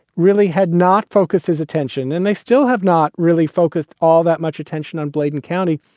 really had not focused his attention. and they still have not really focused all that much attention on bladen county.